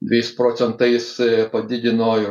dviejais procentais padidino ir